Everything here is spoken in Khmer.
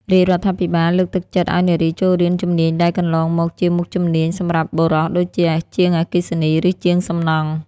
រាជរដ្ឋាភិបាលលើកទឹកចិត្តឱ្យនារីចូលរៀនជំនាញដែលកន្លងមកជាមុខជំនាញសម្រាប់បុរសដូចជា ជាងអគ្គិសនី ឬជាងសំណង់។